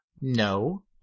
No